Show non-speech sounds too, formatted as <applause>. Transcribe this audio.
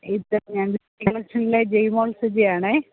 ഇത് <unintelligible> ജയ്മോൾ സുജയാണേ